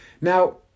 Now